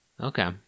Okay